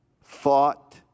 fought